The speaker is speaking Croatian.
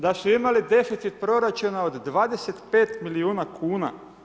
Da su imali deficit proračuna od 25 milijuna kn.